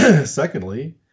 secondly